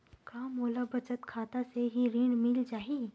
का मोला बचत खाता से ही कृषि ऋण मिल जाहि?